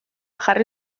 jarri